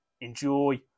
enjoy